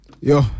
Yo